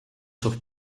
sus